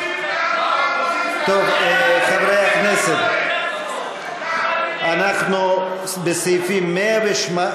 חברי הכנסת, אנחנו בסעיפים 117